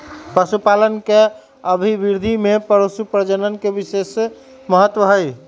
पशुपालन के अभिवृद्धि में पशुप्रजनन के विशेष महत्त्व हई